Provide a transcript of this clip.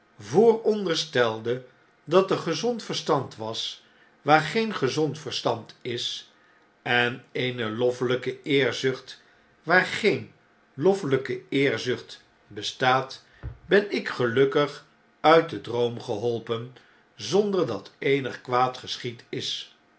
vooronderstelde dat er gezond verstand was waar geen gezond verstand is en eene loffeljjke eerzucht waar geen loffeljjke eerzucht bestaat ben ik gelukkig uit den droom geholpen zonder dat eenig kwaad geschied is